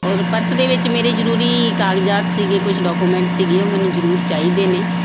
ਔਰ ਪਰਸ ਦੇ ਵਿੱਚ ਮੇਰੇ ਜ਼ਰੂਰੀ ਕਾਗਜ਼ਾਤ ਸੀਗੇ ਕੁਛ ਡੋਕੂਮੈਂਟ ਸੀਗੇ ਉਹ ਮੈਨੂੰ ਜ਼ਰੂਰ ਚਾਹੀਦੇ ਨੇ